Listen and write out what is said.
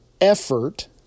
effort